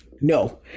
no